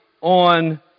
on